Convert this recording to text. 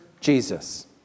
Jesus